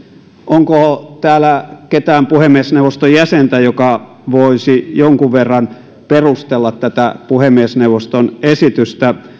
onko täällä ketään puhemiesneuvoston jäsentä joka voisi jonkun verran perustella tätä puhemiesneuvoston esitystä